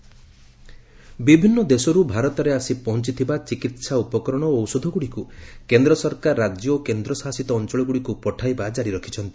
centre aid ବିଭିନ୍ନ ଦେଶରୁ ଭାରତରେ ଆସି ପହଞ୍ଚଥିବା ଚିକିତ୍ସା ଉପକରଣ ଓ ଔଷଧଗୁଡ଼ିକୁ କେନ୍ଦ୍ର ସରକାର ରାଜ୍ୟ ଓ କେନ୍ଦ୍ରଶାସିତ ଅଞ୍ଚଳଗୁଡ଼ିକୁ ପଠାଇବା ଜାରି ରଖିଛନ୍ତି